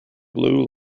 blue